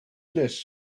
list